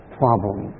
problem